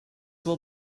will